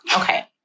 okay